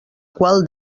qual